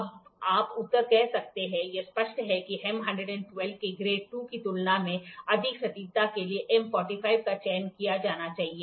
अब आप उत्तर कह सकते हैं यह स्पष्ट है कि M 112 के ग्रेड II की तुलना में अधिक सटीकता के लिए M 45 का चयन किया जाना चाहिए